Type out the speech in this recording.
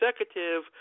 executive